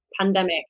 pandemic